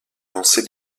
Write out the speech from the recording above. lancer